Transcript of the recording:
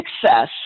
success